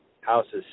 houses